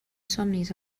somnis